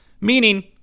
Meaning